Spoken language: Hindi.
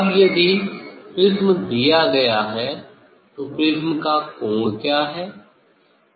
अब यदि प्रिज्म दिया गया है तो प्रिज्म का कोण क्या है